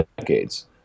decades